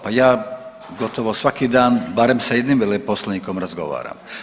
Pa ja gotovo svaki dan barem sa jednim veleposlanikom razgovaram.